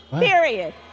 Period